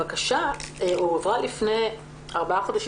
הבקשה הועברה לפני ארבעה חודשים.